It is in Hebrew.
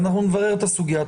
ואנחנו נברר את הסוגיה,